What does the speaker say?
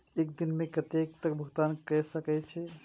एक दिन में कतेक तक भुगतान कै सके छी